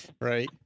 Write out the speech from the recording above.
Right